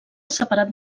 separat